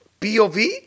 POV